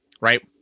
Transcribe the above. right